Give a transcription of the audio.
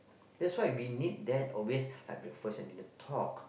that's why we need that always like breakfast and dinner talk